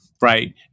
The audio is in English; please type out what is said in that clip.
right